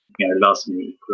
last-minute